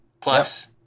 plus